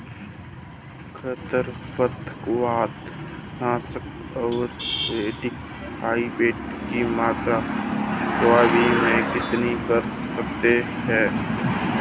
खरपतवार नाशक organic hybrid की मात्रा सोयाबीन में कितनी कर सकते हैं?